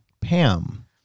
Pam